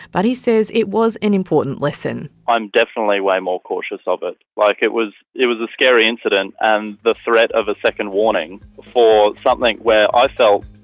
but he says it was an important lesson. i'm definitely way more cautious of it. like it was it was a scary incident, and the threat of a second warning for something like where i felt,